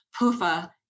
PUFA